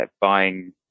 Buying